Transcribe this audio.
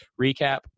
recap